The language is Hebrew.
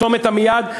צומת עמיעד,